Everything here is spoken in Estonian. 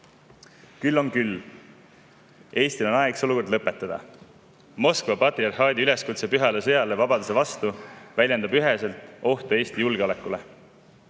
Küll on küll. Eestil on aeg see olukord lõpetada. Moskva patriarhaadi üleskutse pühale sõjale vabaduse vastu väljendab üheselt ohtu Eesti julgeolekule.